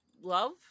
Love